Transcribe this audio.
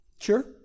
Sure